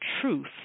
truth